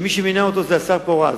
מי שמינה אותו זה השר פורז.